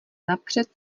napřed